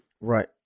Right